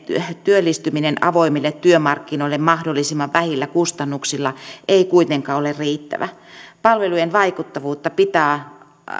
työllistyminen avoimille työmarkkinoille mahdollisimman vähillä kustannuksilla ei kuitenkaan ole riittävä palvelujen vaikuttavuutta pitää